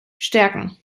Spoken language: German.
stärken